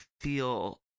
feel